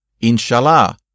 inshallah